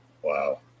Wow